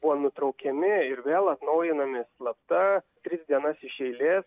buvo nutraukiami ir vėl atnaujinami slapta tris dienas iš eilės